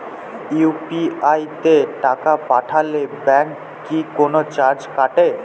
UPI তে টাকা পাঠালে ব্যাংক কি কোনো চার্জ কাটে?